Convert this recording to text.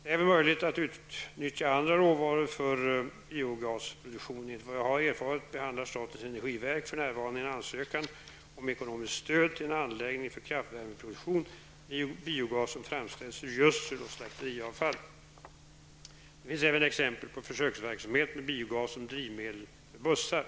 Det är möjligt att utnyttja även andra råvaror för biogasproduktion. Enligt vad jag har erfarit behandlar statens energiverk för närvarande en ansökan om ekonomiskt stöd till en anläggning för kraftvärmeproduktion med biogas som framställts ur gödsel och slakteriavfall. Det finns även exempel på försöksverksamhet med biogas som drivmedel för bussar.